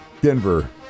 Denver